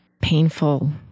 painful